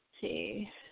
see